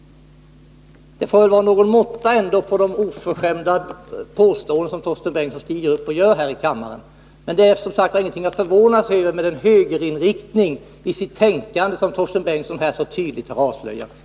Det får vara någon måtta på de oförskämda påståenden som Torsten Bengtson gör här i kammaren. Men det är som sagt ingenting att förvånas över, med den högerinriktning i sitt tänkande som Torsten Bengtson så tydligt har avslöjat här.